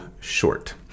short